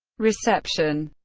reception